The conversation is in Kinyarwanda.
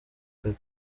kare